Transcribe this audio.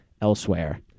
elsewhere